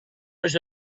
was